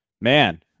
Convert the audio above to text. man